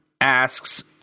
asks